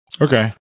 okay